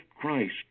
Christ